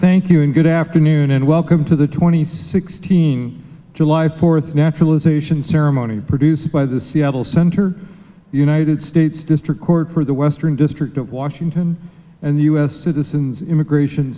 thank you and good afternoon and welcome to the twenty sixteen july fourth naturalization ceremony produced by the seattle center united states district court for the western district of washington and the u s citizens immigration